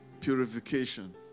Purification